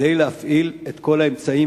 כדי להפעיל את כל האמצעים,